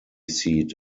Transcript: seat